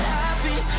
happy